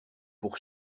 pour